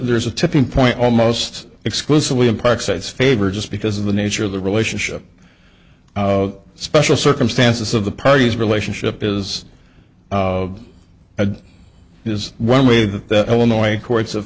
there's a tipping point almost exclusively in park sites favor just because of the nature of the relationship special circumstances of the parties relationship is a is one way that the illinois courts